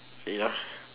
ya